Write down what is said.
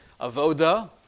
avoda